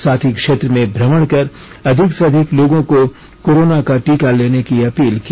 साथ ही क्षेत्र में भ्रमण कर अधिक से अधिक लोगों को कोरोना का टीका लेने की अपील की